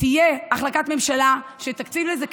שתהיה החלטת ממשלה שתקצה לזה כסף,